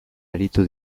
aritu